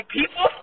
people